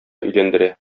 өйләндерә